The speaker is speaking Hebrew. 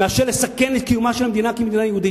מאשר לסכן את קיומה של המדינה כמדינה יהודית.